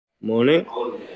Morning